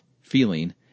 feeling